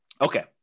Okay